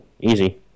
Easy